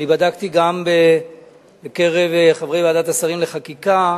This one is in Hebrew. אני בדקתי גם בקרב חברי ועדת השרים לחקיקה,